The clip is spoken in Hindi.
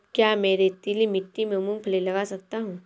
क्या मैं रेतीली मिट्टी में मूँगफली लगा सकता हूँ?